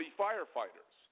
firefighters